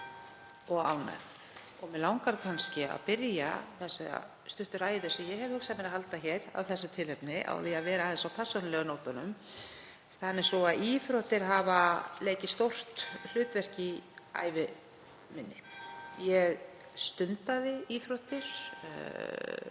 og ánægð og mig langar að byrja þessa stuttu ræðu, sem ég hef hugsað mér að halda af þessu tilefni, á því að vera aðeins á persónulegu nótunum. Það er nú svo að íþróttir hafa leikið stórt hlutverk í ævi minni. Ég stundaði íþróttir,